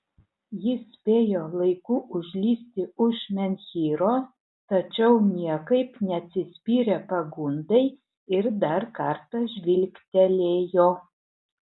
jis spėjo laiku užlįsti už menhyro tačiau niekaip neatsispyrė pagundai ir dar kartą žvilgtelėjo